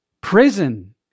Prison